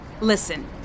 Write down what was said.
Listen